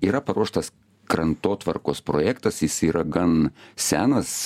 yra paruoštas krantotvarkos projektas jis yra gan senas